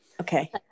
Okay